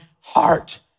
heart